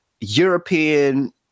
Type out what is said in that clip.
European